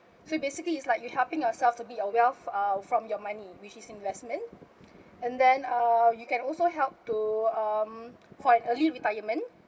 so basically it's like you helping yourself to be a wealth uh from your money which is investment and then uh you can also help to um for an early retirement